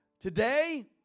Today